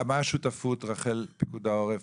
מה השותפות רח"ל ופיקוד העורף?